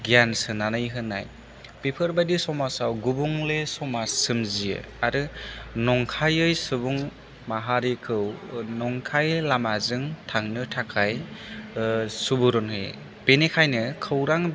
गियान सोनानै होनाय बेफोरबायदि समाजाव गुबुंले समाज सोमजियो आरो नंखायै सुबुं माहारिखौ नंखाय लामाजों थांनो थाखाय सुबुरुन न होयो बिनिखायनो खौरां